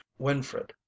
Winfred